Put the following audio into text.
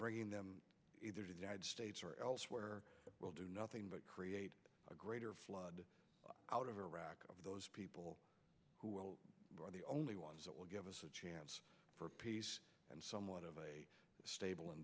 bringing them either to the united states or elsewhere will do nothing but create a greater flood out of iraq of those people who will run the only ones that will give us a chance for peace and somewhat of a stable and